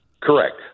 correct